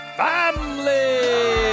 family